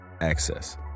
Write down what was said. access